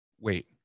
Wait